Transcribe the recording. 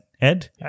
Ed